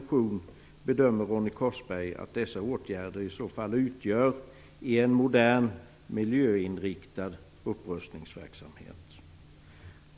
Korsberg att dessa åtgärder i så fall utgör i en modern miljöinriktad upprustningsverksamhet?